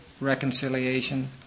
reconciliation